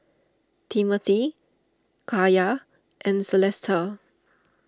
Timmothy Kaya and Celesta